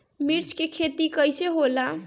मिर्च के खेती कईसे होला?